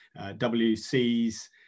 WCs